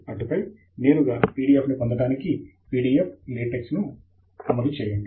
అటుపై నేరుగా PDF ని పొందటానికి PDF LaTeX ను అమలు చేయండి